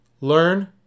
learn